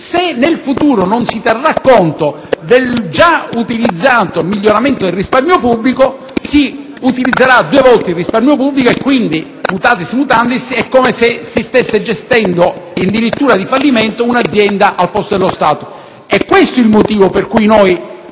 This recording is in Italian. se in futuro non si terrà conto del già utilizzato miglioramento del risparmio pubblico, si utilizzerà due volte tale risparmio e quindi - *mutatis mutandis* - è come se si stesse gestendo in dirittura di fallimento lo Stato. È questo il motivo per cui ci